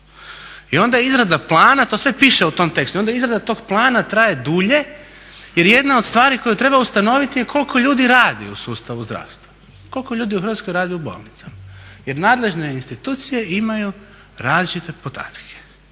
I onda izrada plana, to sve piše u tom tekstu, i onda izrada tog plana traje dulje jer jedna od stvari koju treba ustanoviti je koliko ljudi radi u sustavu zdravstva, koliko ljudi u Hrvatskoj radi u bolnicama. Jer nadležne institucije imaju različite podatke.